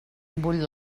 bull